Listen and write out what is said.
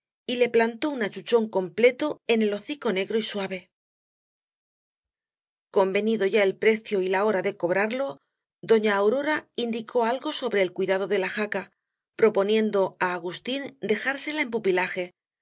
y le plantó un achuchón completo en el hocico negro y suave convenido ya el precio y la hora de cobrarlo doña aurora indicó algo sobre el cuidado de la jaca proponiendo á agustín dejársela en pupilaje pero